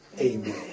Amen